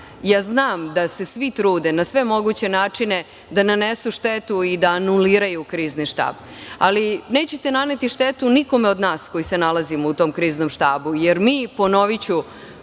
Znam da se svi trude na sve moguće načine da nanesu štetu i da anuliraju Krizni štab. Ali, nećete naneti štetu nikome od nas koji se nalazimo u tom Kriznom štabu, jer mi, ponoviću,